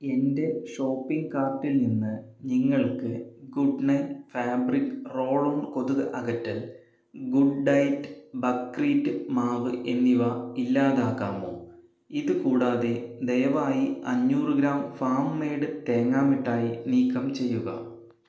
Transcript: എന്റെ ഷോപ്പിംഗ് കാർട്ടിൽ നിന്ന് നിങ്ങൾക്ക് ഗുഡ് നൈറ്റ് ഫാബ്രിക് റോളോൺ കൊതുക് അകറ്റൽ ഗുഡ് ഡയറ്റ് ബക്വീറ്റ് മാവ് എന്നിവ ഇല്ലാതാക്കാമോ ഇത് കൂടാതെ ദയവായി അഞ്ഞൂറ് ഗ്രാം ഫാം മെയ്ഡ് തേങ്ങാമിഠായി നീക്കം ചെയ്യുക